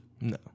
No